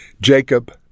Jacob